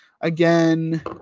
Again